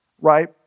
right